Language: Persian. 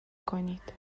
کنید